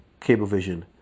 Cablevision